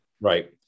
Right